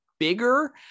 bigger